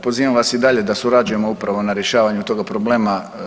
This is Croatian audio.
Evo, pozivam vas i dalje da surađujemo upravo na rješavanju toga problema.